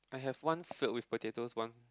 I have one filled with potatoes one